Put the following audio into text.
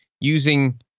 using